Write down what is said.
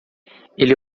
ele